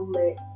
let